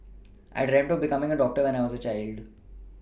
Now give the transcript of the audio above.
I dreamt of becoming a doctor when I was a child